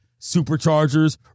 Superchargers